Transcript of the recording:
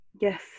Yes